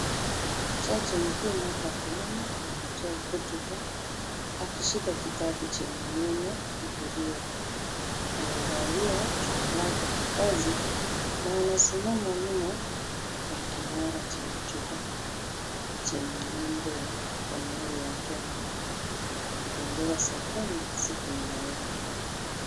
Jaji mkuu Martha Koome, anatoa hotuba akishika kitabu chenye neno bibilia. Amevalia jovu lake la kazi na anasimama nyuma ya kinara cha hotuba chenye nembo ya jamhuri ya Kenya. Bendera za Kenya ziko nyuma yake.